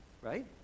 Right